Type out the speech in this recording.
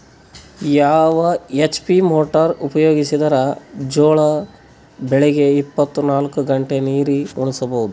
ಯಾವ HP motor ಉಪಯೋಗಿಸಿದರ ಜೋಳ ಬೆಳಿಗ ಇಪ್ಪತ ನಾಲ್ಕು ಗಂಟೆ ನೀರಿ ಉಣಿಸ ಬಹುದು?